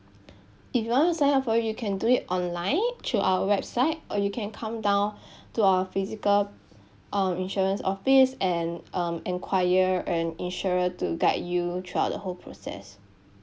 if you want to sign up for it you can do it online through our website or you can come down to our physical um insurance office and um and enquire an insurer to guide you throughout the whole process